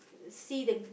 see the